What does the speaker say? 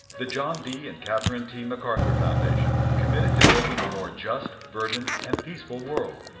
the john d. and catherine t. macarthur foundation, committed to building a more just, verdant, and peaceful world.